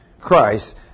Christ